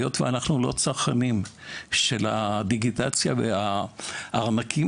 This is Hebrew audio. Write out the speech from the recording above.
היות שאנחנו לא צרכנים של הדיגיטציה והארנקים